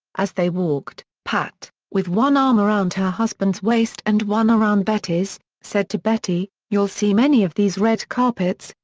as they walked, pat, with one arm around her husband's waist and one around betty's, said to betty, you'll see many of these red carpets,